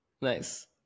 Nice